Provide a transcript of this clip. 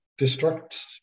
destruct